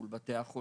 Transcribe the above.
מול בתי החולים,